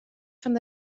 fan